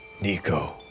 Nico